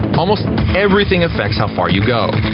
almost everything affects how far you go.